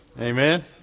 Amen